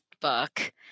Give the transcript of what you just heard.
book